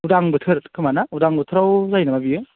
उदां बोथोर खोमा ना उदां बोथोराव जायो नामा बेयो